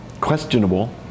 questionable